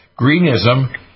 greenism